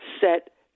set